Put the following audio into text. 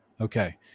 Okay